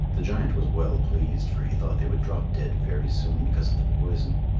the giant was well pleased, for he thought they would drop dead very soon because of the poison,